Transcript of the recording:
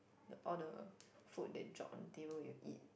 like all the food that drop on the table when you eat